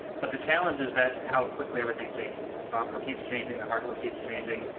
but the challenge is that how quickly everything changes. the software keeps changing, the hardware keeps changing,